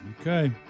Okay